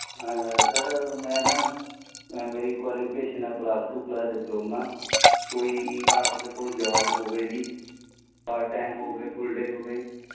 sir ਮੈਂ ਨਾ ਮੇਰੀ ਕੁਆਲੀਫੀਕੇਸ਼ਨ ਹੈ ਪਲੱਸ ਟੂ ਪਲੱਸ ਡਿਪਲੋਮਾ ਕੋਈ ਆਪ ਦੇ ਕੋਲ ਜੋਬ ਹੋਵੇ ਜੀ ਪਾਰਟ ਟਾਈਮ ਹੋਵੇ ਫੁੱਲ ਡੇਅ ਹੋਵੇ